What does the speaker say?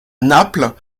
naples